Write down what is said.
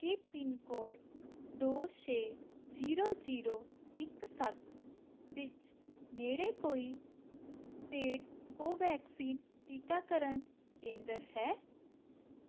ਕੀ pincode ਦੋ ਛੇ zero zero ਇੱਕ ਸੱਤ ਵਿੱਚ ਨੇੜੇ ਕੋਈ ਪੇਡ ਕੋਵੈਕਸੀਨ ਟੀਕਾਕਰਨ ਕੇਂਦਰ ਹੈ